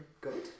good